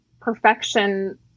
perfection